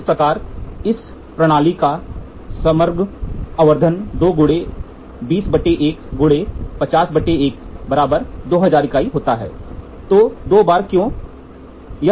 इस प्रकार इस प्रणाली का समग्र आवर्धन 2 × तो दो बार क्यों है